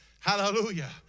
Hallelujah